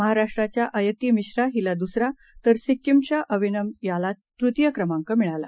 महाराष्ट्राच्याअयतिमिश्राहिलादुसरा तरसिक्कीमच्याअविनमयालातृतीयक्रमांकमिळाला